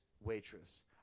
waitress